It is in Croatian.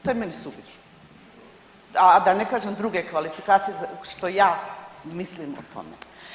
To je meni suvišno, a da ne kažem druge kvalifikacije što ja mislim o tome.